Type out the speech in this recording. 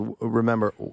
remember